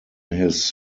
his